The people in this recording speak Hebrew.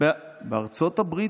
--- בארצות הברית.